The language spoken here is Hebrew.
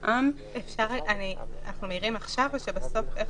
לכנסת העשרים וארבע, מאחר